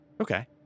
Okay